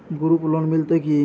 Group loan मिलतै की?